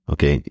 Okay